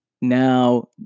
Now